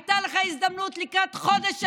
הייתה לך הזדמנות, לקראת חודש אלול,